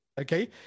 Okay